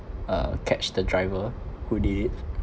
uh catch the driver who did it